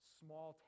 small